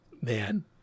man